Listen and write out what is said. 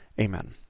Amen